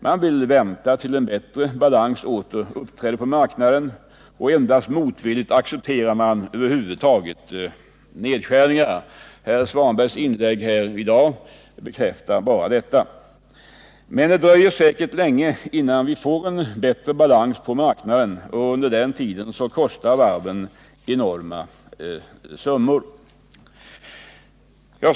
Man vill vänta tills en bättre balans åter uppträder på marknaden, och endast motvilligt accepterar man över huvud taget nedskärningar. Herr Svanbergs inlägg här i dag bekräftar bara detta. Men det dröjer länge innan vi får en bättre balans på marknaden, och under tiden kostar varven enorma summor.